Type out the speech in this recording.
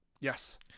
Yes